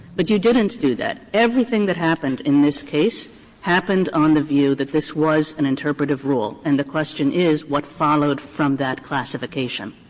but you didn't do that. everything that happened in this case happened on the view that this was an interpretative rule and the question is what followed from that classification.